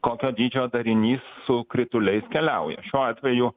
kokio dydžio darinys su krituliais keliauja šiuo atveju